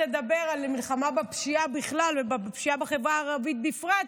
לדבר על מלחמה בפשיעה בכלל ובפשיעה בחברה הערבית בפרט,